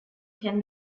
can